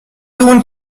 اون